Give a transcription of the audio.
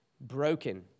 broken